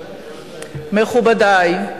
מכובדי,